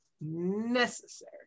necessary